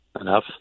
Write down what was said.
enough